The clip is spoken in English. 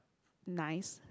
nice